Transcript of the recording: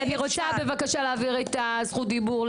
אני רוצה בבקשה להעביר את רשות הדיבור,